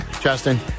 Justin